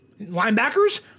linebackers